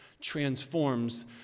transforms